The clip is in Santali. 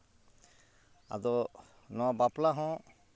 ᱟᱫᱚ ᱱᱚᱣᱟ ᱵᱟᱯᱞᱟ ᱦᱚᱸ